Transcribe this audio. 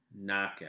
knockout